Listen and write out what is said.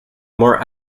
more